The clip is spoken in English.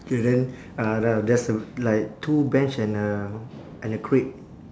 K then uh the there's a like two bench and a and a crate